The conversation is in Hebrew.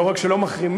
לא רק שלא מחרימים,